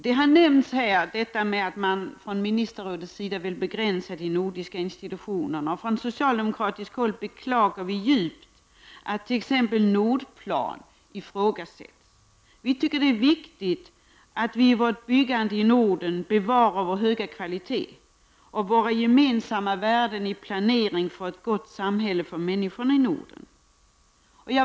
Det har nämnts att Nordiska ministerrådet vill begränsa de nordiska institutionerna. Från socialdemokratiskt håll beklagar vi djupt att t.ex. Nordplan ifrågasätts. Vi tycker att det är viktigt att vi i byggandet i Norden bevarar vår höga kvalitet och våra gemensamma värden i planeringen för ett gott samhälle för människorna i Norden.